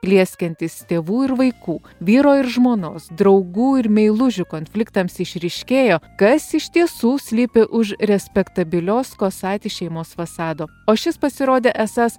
plieskiantys tėvų ir vaikų vyro ir žmonos draugų ir meilužių konfliktams išryškėjo kas iš tiesų slypi už respektabilios kosaitės šeimos fasado o šis pasirodė esąs